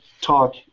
talk